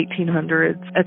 1800s